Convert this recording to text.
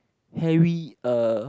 Harry uh